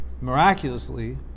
miraculously